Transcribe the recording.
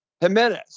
Jimenez